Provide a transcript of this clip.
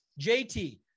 JT